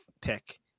pick